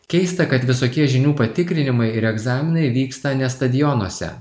keista kad visokie žinių patikrinimai ir egzaminai vyksta ne stadionuose